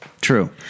True